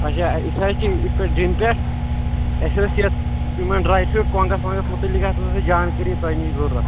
اچھا أسۍ حظ چھِ ییٚتہِ پٮ۪ٹھ جیٚمہِ پٮ۪ٹھ اَسہِ ٲس یَتھ یِمَن ڈرٛاے فرٛوٗٹ کۄنٛگَس وۄنٛگَس مُتعلِق اَسہِ ہَسا چھِ جانکٲری تۄہہِ نِش ضوٚرَتھ